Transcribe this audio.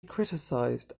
criticized